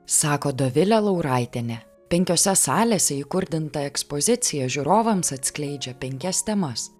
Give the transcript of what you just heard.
sako dovilė lauraitienė penkiose salėse įkurdinta ekspozicija žiūrovams atskleidžia penkias temas